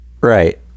Right